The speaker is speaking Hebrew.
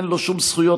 אין לו שום זכויות,